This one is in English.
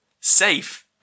safe